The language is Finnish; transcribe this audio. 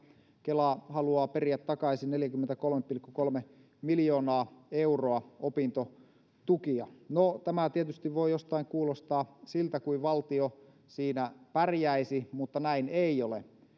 kela haluaa periä takaisin neljäkymmentäkolme pilkku kolme miljoonaa euroa opintotukia no tämä tietysti voi jostain kuulostaa siltä kuin valtio siinä pärjäisi mutta näin ei ole